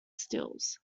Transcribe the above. stills